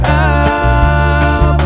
up